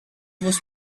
was